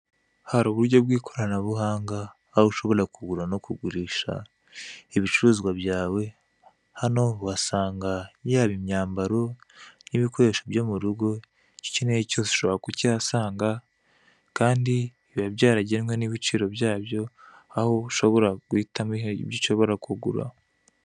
Hari uburyo bw'ikoranabuhanga, aho ushobora kugura no kugurisha ibicuruzwa byawe; hano uhasanga: yaba imyambaro n'ibikoresho byo mu rugo, icyo ukeneye cyose ushobora kukihasanga, kandi biba byaragenwe n'ibiciro byabyo, aho ushobora guhitamo ibyo ushobora kugura.